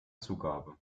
zugabe